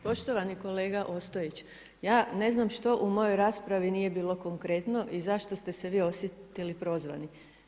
Poštovani kolega Ostojić, ja ne znam što u mojoj raspravi nije bilo konkretno i zašto ste se vi osjetili prozvani.